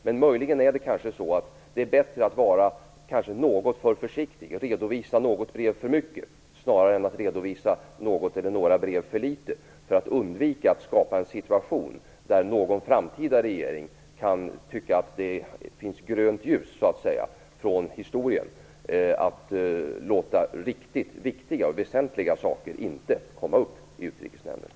Men möjligen är det bättre att vara något för försiktig och redovisa något brev för mycket snarare än att redovisa något eller några brev för litet, för att undvika att skapa en situation då någon framtida regering kan tycka att historien ger grönt ljus för att låta bli att ta upp riktigt viktiga och väsentliga saker i utrikesnämnden.